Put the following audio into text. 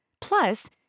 Plus